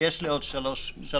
יש לי עוד שלוש הערות.